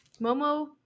Momo